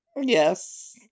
Yes